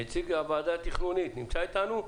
נציג הוועדה התכנונית נמצא אתנו?